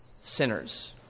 sinners